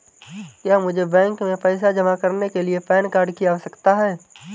क्या मुझे बैंक में पैसा जमा करने के लिए पैन कार्ड की आवश्यकता है?